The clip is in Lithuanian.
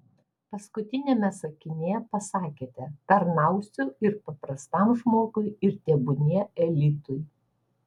paskutiniame sakinyje pasakėte tarnausiu ir paprastam žmogui ir tebūnie elitui